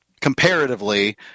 comparatively